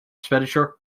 expenditure